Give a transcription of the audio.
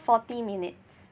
forty minutes